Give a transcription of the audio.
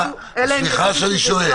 סליחה שאני שואל,